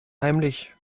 heimlich